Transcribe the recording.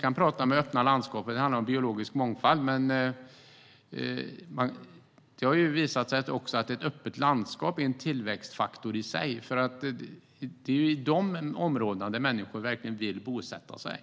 kan tala om öppna landskap när det handlar om biologisk mångfald. Men det har också visat sig att ett öppet landskap är en tillväxtfaktor i sig. Det är nämligen i dessa områden som människor verkligen vill bosätta sig.